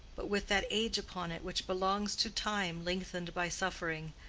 but with that age upon it which belongs to time lengthened by suffering,